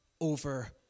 over